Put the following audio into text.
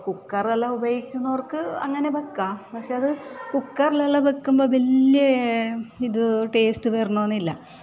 കുക്കറെല്ലാം ഉപയോഗിക്കുന്നവർക്ക് അങ്ങനെ വെക്കാം പക്ഷേ അത് കുക്കറിലെല്ലാം വെക്കുമ്പം വലിയ ഇത് ടേസ്റ്റ് വരണമെന്നില്ല